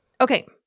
Okay